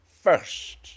first